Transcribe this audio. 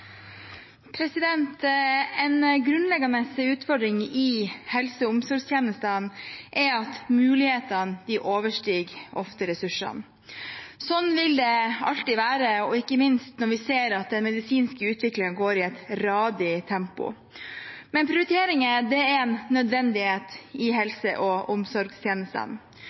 omsorgstjenestene er at mulighetene ofte overstiger ressursene. Sånn vil det alltid være, og ikke minst når vi ser at den medisinske utviklingen går i et radig tempo. Men prioriteringer er en nødvendighet i helse- og